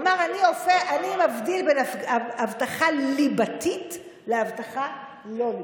הוא אמר: אני מבדיל בין הבטחה ליבתית להבטחה לא ליבתית.